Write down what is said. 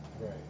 Right